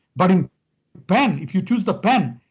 but in pen, if you choose the pen,